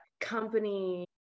company